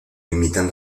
limitan